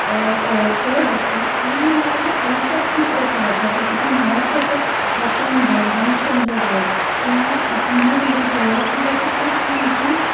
असं करत असते आणि मला जर आयुष्यात खूप ट्रेक करायचा आहे तर इथं महाराष्ट्रातच रतनगड हरीश्चंद्रगड किंवा अहमदनगरजवळ खूप अशी खूप छान अशी